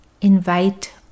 invite